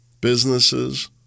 businesses